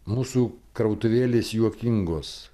mūsų krautuvėlės juokingos